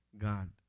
God